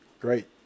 Great